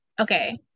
okay